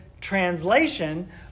translation